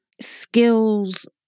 skills